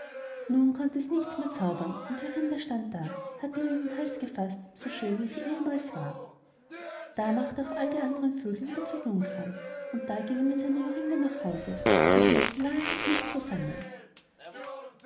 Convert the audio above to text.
nun konnte sie nichts mehr zaubern und jorinde stand da hatte ihn um den hals gefaßt so schön wie sie ehemals war da macht er auch alle die andern vögel wieder zu jungfrauen und da ging er mit seiner jorinde nach hause und lebten lange vergnügt zusammen